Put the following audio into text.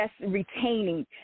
retaining